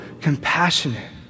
compassionate